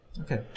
Okay